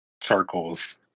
circles